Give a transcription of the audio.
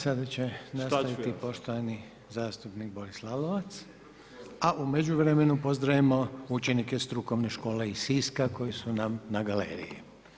Sada će nastaviti poštovani zastupnik Boris Lalovac, a u međuvremenu pozdravimo učenike Strukovne škole iz Siska koji su nam na galeriji.